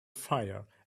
fire